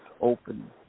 open